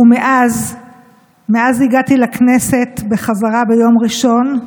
ומאז הגעתי לכנסת בחזרה ביום ראשון,